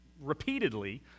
repeatedly